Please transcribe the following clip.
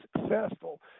successful